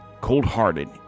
cold-hearted